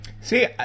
See